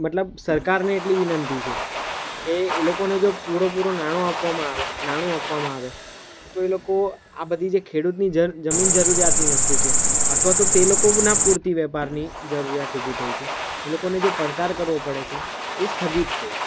મતલબ સરકારને એટલી વિનંતી છે કે એ લોકોને જો પૂરેપૂરું નાણો નાણું આપવામાં આવે નાણું આપવામાં આવે તો એ લોકો આ બધી જે ખેડૂતની જમ જરૂરિયાતની વસ્તુ છે અથવા તો તે લોકોના પૂરતી વેપારની જરૂરિયાત ઊભી થઈ છે એ લોકોને જે પડકાર કરવો પડે છે એ સ્થગિત થઈ જાય